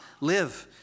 live